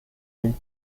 den